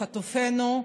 חטופינו.